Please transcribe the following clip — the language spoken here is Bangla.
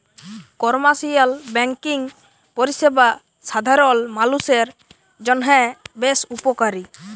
কমার্শিয়াল ব্যাঙ্কিং পরিষেবা সাধারল মালুষের জন্হে বেশ উপকারী